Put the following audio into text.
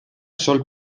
sol